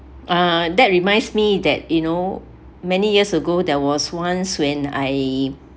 uh that reminds me that you know many years ago there was once when I